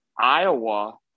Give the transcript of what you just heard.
Iowa